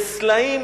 בסלעים,